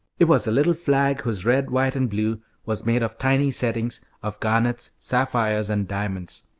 it was a little flag whose red, white, and blue was made of tiny settings of garnets, sapphires, and diamonds.